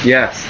Yes